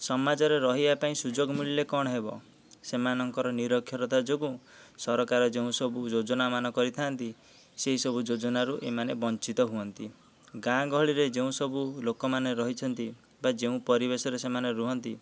ସମାଜରେ ରହିବା ପାଇଁ ସୁଯୋଗ ମିଳିଲେ କଣ ହେବ ସେମାନଙ୍କର ନିରକ୍ଷରତା ଯୋଗୁଁ ସରକାର ଯେଉଁ ସବୁ ଯୋଜନାମାନ କରିଥାନ୍ତି ସେହି ସବୁ ଯୋଜନାରୁ ସେମାନେ ବଞ୍ଚିତ ହୁଅନ୍ତି ଗାଁ ଗହଳିରେ ଯେଉଁସବୁ ଲୋକମାନେ ରହିଛନ୍ତି ବା ଯେଉଁ ପରିବେଶରେ ସେମାନେ ରୁହନ୍ତି